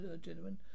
gentlemen